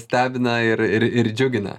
stebina ir ir ir džiugina